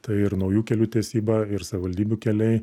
tai ir naujų kelių tiesyba ir savivaldybių keliai